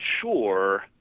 sure